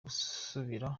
gusubira